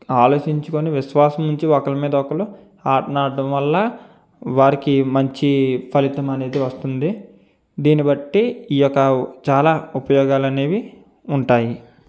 ఆలోచించుకొని విశ్వాసం ఉంచి ఒకళ్ళ మీద ఒకళ్ళు ఆటని ఆడటం వల్ల వారికి మంచి ఫలితం అనేది వస్తుంది దీన్ని బట్టి ఈ యొక్క చాలా ఉపయోగాలు అనేవి ఉంటాయి